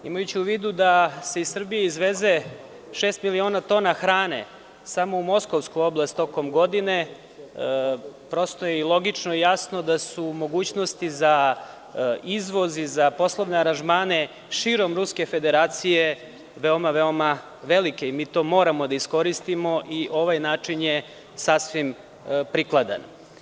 Imajući u vidu da se u Srbiji izveze šest miliona tona hrane samo u moskovsku oblast tokom godine, logično je i jasno da su mogućnosti za izvoz i za poslovne aranžmane širom Ruske Federacije veoma, veoma velike i mi to moramo da iskoristimo, a ovaj način je sasvim prikladan.